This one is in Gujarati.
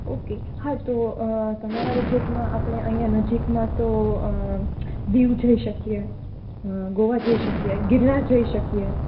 ઓકે હાતો તમારા બજેટમાં આપળે અઇયાં નજીકમાં તો દીવ જઈ શકીએ ગોવા જઈ શકીએ ગિરનાર જઈ શકીએ